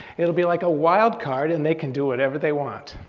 it'll be like a wild card and they can do whatever they want.